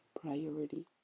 priority